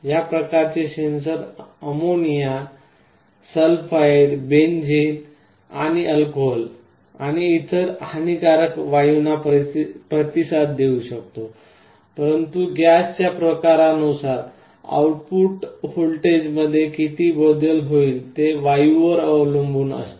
या प्रकारचे sensor ammonia sulphide benzene आणि अल्कोहोल आणि इतर हानिकारक वायूंना प्रतिसाद देऊ शकतो परंतु गॅसच्या प्रकारानुसार आउटपुट व्होल्टेजमध्ये किती बदल होईल ते वायूवर अवलंबून असते